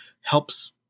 helps